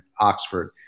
Oxford